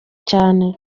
cyane